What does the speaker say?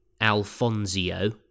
Alfonso